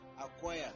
acquire